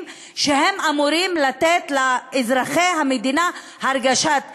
שאמורים לתת לאזרחי המדינה הרגשת ביטחון,